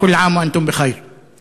ובארץ שלום על בני-אדם אשר אותם רצה".)